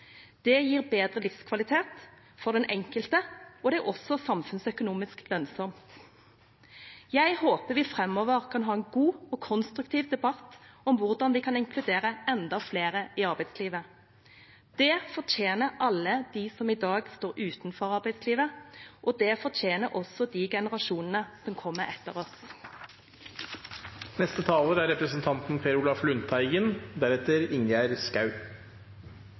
Det gir bedre livskvalitet for den enkelte, og det er også samfunnsøkonomisk lønnsomt. Jeg håper vi framover kan ha en god og konstruktiv debatt om hvordan vi kan inkludere enda flere i arbeidslivet. Det fortjener alle de som i dag står utenfor arbeidslivet, og det fortjener også de generasjonene som kommer etter oss. Vi har fått en utvidet blå regjering, med tre partier som ideologisk er